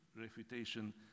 refutation